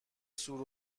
سور